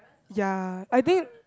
ya I did